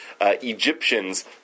Egyptians